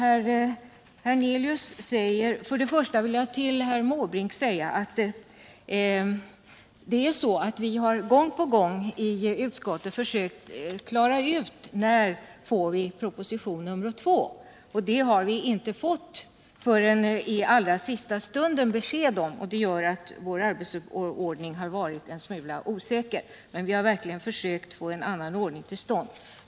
Jag vill börja med att säga till herr Måbrink att vi i utskottet gång på gång försökte att klara ut när propositionen nummer två skulle komma. Först i allra sista stund fick vi besked på den punkten, och det gör att vår arbetsordning har varit en smula osäker. Men vi har verkligen försökt att få en annan ordning till stånd.